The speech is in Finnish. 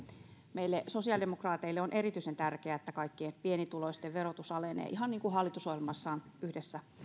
meille sosiaalidemokraateille on erityisen tärkeää että kaikkien pienituloisten verotus alenee ihan niin kuin hallitusohjelmassa on yhdessä